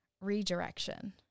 redirection